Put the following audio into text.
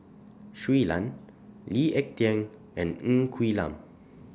Shui Lan Lee Ek Tieng and Ng Quee Lam